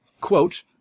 quote